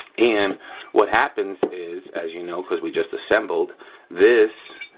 and what happens is as you know, cause we just assembled this